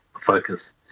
focus